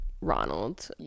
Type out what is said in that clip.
Ronald